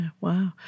wow